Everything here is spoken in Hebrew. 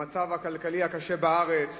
המצב הכלכלי הקשה בארץ.